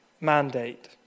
mandate